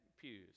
pews